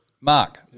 Mark